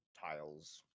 tiles